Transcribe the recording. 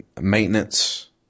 Maintenance